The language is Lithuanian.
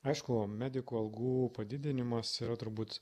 aišku medikų algų padidinimas yra turbūt